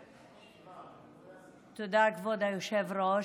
תודה, כבוד היושב-ראש,